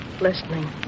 Listening